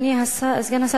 אדוני סגן השר,